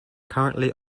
currently